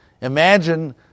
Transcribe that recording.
Imagine